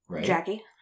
Jackie